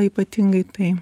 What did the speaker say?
ypatingai tai